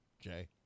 Jay